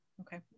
Okay